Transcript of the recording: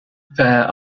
there